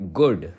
good